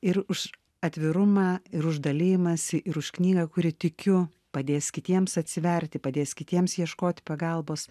ir už atvirumą ir už dalijimąsi ir už knygą kuri tikiu padės kitiems atsiverti padės kitiems ieškoti pagalbos